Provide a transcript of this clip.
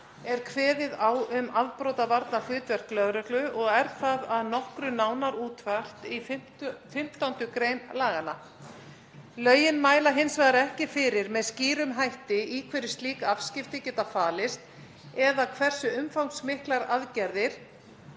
er kveðið á um afbrotavarnahlutverk lögreglu og er það að nokkru nánar útfært í 15. gr. laganna. Lögin mæla hins vegar ekki fyrir með skýrum hætti í hverju slík afskipti geta falist eða hversu umfangsmiklar aðgerðir